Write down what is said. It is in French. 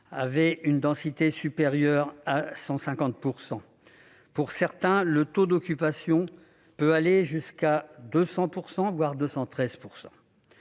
ayant une densité supérieure à 150 %. Pour certains, le taux d'occupation peut aller jusqu'à 200 %, voire 213 %.